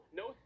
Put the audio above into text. no